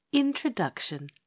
Introduction